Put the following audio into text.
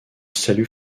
salut